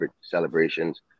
celebrations